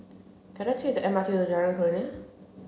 can I take the M R T to Jalan Kurnia